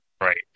right